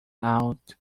out